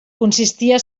consistia